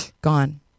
gone